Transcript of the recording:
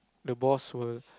the boss will